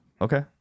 okay